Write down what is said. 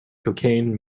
cocaine